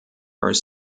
are